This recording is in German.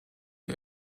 die